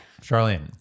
Charlene